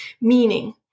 meaning